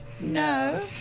No